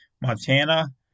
Montana